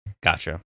Gotcha